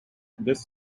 this